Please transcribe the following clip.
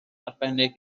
arbennig